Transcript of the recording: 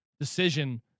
decision